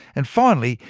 and finally,